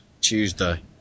Tuesday